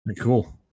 cool